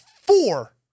four